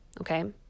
Okay